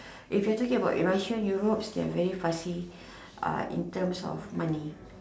if we're talking about Russian Europeans they are very fussy uh in terms of money